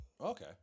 Okay